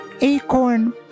acorn